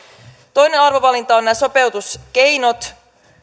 toinen arvovalinta ovat nämä sopeutuskeinot